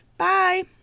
bye